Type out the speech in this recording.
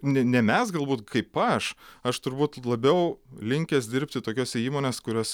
ne ne mes galbūt kaip aš aš turbūt labiau linkęs dirbti tokiose įmonėse kurios